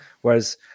whereas